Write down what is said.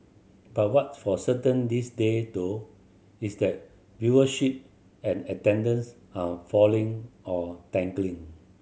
but what's for certain these day though is that viewership and attendance are falling or